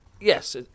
Yes